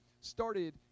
started